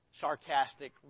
sarcastic